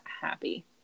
happy